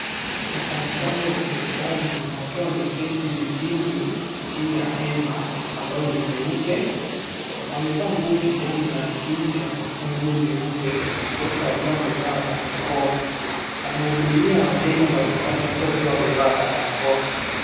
Wafanyi kazi wa serikali wakiwa wameketi vitini, chini ya hema ambao ni meupe, wamevaa nguo kijani, na wengine wamevaa nguo nyeupe wote wakiwa wamevaa barakoa. wanahudumia wateja mbali mbali ambao pia wamevaa barakoa.